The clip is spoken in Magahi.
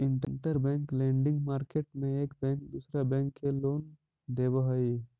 इंटरबैंक लेंडिंग मार्केट में एक बैंक दूसरा बैंक के लोन देवऽ हई